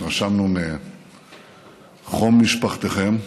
התרשמנו מחום משפחתכם,